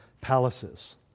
palaces